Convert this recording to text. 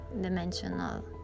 dimensional